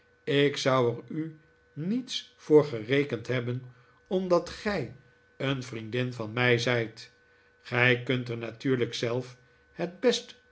ik zou er u niets vopr gerekend hebben omdat gij een vriendin van mij zijt gij kunt er natuurlijk zelf het best